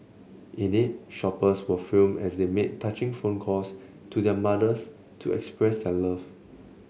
in it shoppers were filmed as they made touching phone calls to their mothers to express their love